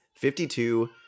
52